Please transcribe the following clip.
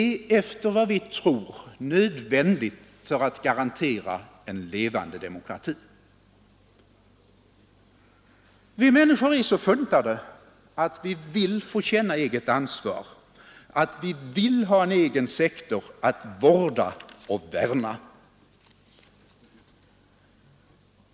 är efter vad vi tror nödvändigt för att garantera en levande demokrati. Vi människor är så funtade att vi vill få känna eget ansvar, att vi vill ha en egen sektor att vårda och värna.